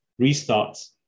restarts